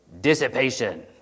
dissipation